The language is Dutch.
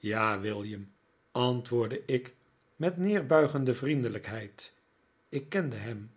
ja william antwoordde ik met neerbuigende vriendelijkheid ik kende hem